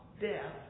death